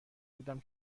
بودم